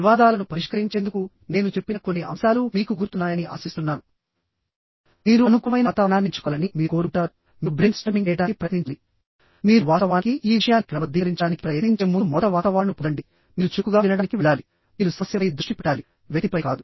వివాదాలను పరిష్కరించేందుకు నేను చెప్పిన కొన్ని అంశాలు మీకు గుర్తున్నాయని ఆశిస్తున్నాను మీరు అనుకూలమైన వాతావరణాన్ని ఎంచుకోవాలని మీరు కోరుకుంటారు మీరు బ్రెయిన్ స్ట్రార్మింగ్ చేయడానికి ప్రయత్నించాలిమీరు వాస్తవానికి ఈ విషయాన్ని క్రమబద్ధీకరించడానికి ప్రయత్నించే ముందు మొదట వాస్తవాలను పొందండి మీరు చురుకుగా వినడానికి వెళ్లాలి మీరు సమస్యపై దృష్టి పెట్టాలి వ్యక్తిపై కాదు